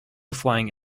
flying